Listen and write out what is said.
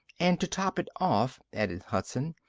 and to top it off, added hudson,